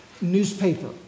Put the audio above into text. newspaper